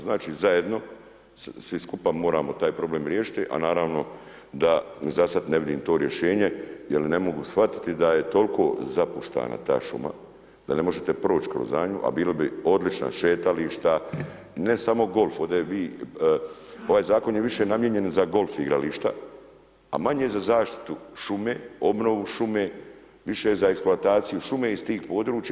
Znači, zajedno, svi skupa moramo taj problem riješiti a naravno, da za sada ne vidim to rješenje, jer ne mogu shvatiti da je toliko zapuštena ta šuma, da ne možete proći kroz nju, a bila bi odlična šetališta, ne samo golf, ovdje vi, ovaj zakon je više namijenjen za golf igrališta, a manje za zaštite šume, obnovu šume, više je za eksplantacija šume iz tih područja.